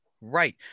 right